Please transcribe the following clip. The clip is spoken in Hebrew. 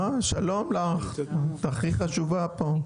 שלום לך, את הכי חשובה פה.